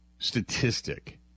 statistic